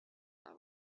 are